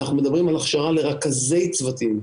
אנחנו מדברים על הכשרה לרכזי צוותים.